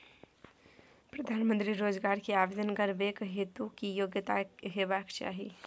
प्रधानमंत्री रोजगार के आवेदन करबैक हेतु की योग्यता होबाक चाही?